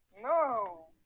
No